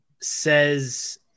says –